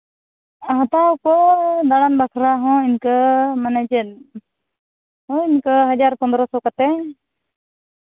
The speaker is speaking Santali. ᱦᱟᱛᱟᱣᱟᱠᱚ ᱫᱟᱬᱟᱱ ᱵᱟᱠᱷᱨᱟ ᱦᱚᱸ ᱢᱟᱱᱮ ᱪᱮᱫ ᱦᱳᱭ ᱤᱱᱠᱟᱹ ᱦᱟᱡᱟᱨ ᱯᱚᱱᱨᱚᱥᱚ ᱠᱟᱛᱮᱫ